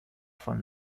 von